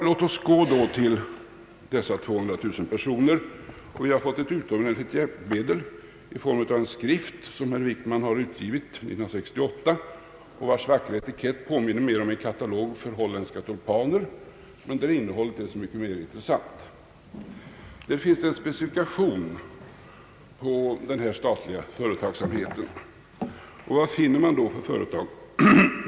Låt oss gå till dessa 200000 personer. Vi har fått ett utomordentligt hjälpmedel i form av en skrift som statsrådet Wickman utgivit 1968 och vars vackra etikett mera påminner om en katalog för holländska tulpaner men där innehållet är så mycket mera intressant. Där finns en specifikation över den statliga företagsamheten. Vad finner man då för företag?